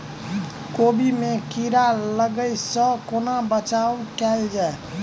कोबी मे कीड़ा लागै सअ कोना बचाऊ कैल जाएँ?